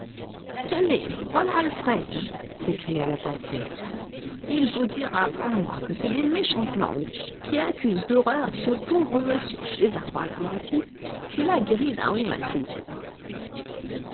tenez voilà alfred s'écria la portière il vous dira comme moi que c'est des méchantes langues qui accusent d'horreurs ce pauvre m césar bradamanti qui l'a guéri d'un rhumatisme